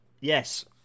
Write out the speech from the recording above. Yes